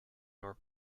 your